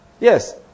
Yes